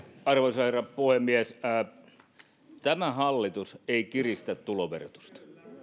arvoisa herra puhemies tämä hallitus ei kiristä tuloverotusta